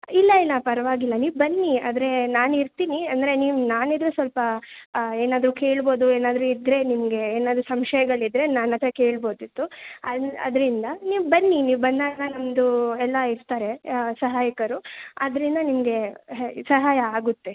ಇಲ್ಲ ಇಲ್ಲ ಪರವಾಗಿಲ್ಲ ನೀವು ಬನ್ನಿ ಆದರೆ ನಾನಿರ್ತೀನಿ ಅಂದರೆ ನೀವು ನಾನಿದ್ದರೆ ಸ್ವಲ್ಪ ಏನಾದರೂ ಕೇಳ್ಬೋದು ಏನಾದರೂ ಇದ್ದರೆ ನಿಮಗೆ ಏನಾದರೂ ಸಂಶಯಗಳಿದ್ದರೆ ನನ್ನ ಹತ್ರ ಕೇಳ್ಬೋದಿತ್ತು ಆದ್ರಿಂದ ನೀವು ಬನ್ನಿ ನೀವು ಬಂದಾಗ ನಮ್ಮದು ಎಲ್ಲ ಇರ್ತಾರೆ ಸಹಾಯಕರು ಆದ್ದರಿಂದ ನಿಮಗೆ ಸಹಾಯ ಆಗುತ್ತೆ